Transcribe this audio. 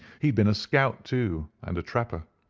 he had been a scout too, and a trapper,